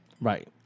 right